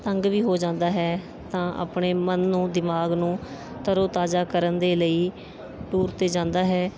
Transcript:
ਤੰਗ ਵੀ ਹੋ ਜਾਂਦਾ ਹੈ ਤਾਂ ਆਪਣੇ ਮਨ ਨੂੰ ਦਿਮਾਗ ਨੂੰ ਤਰੋ ਤਾਜ਼ਾ ਕਰਨ ਦੇ ਲਈ ਟੂਰ 'ਤੇ ਜਾਂਦਾ ਹੈ